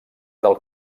del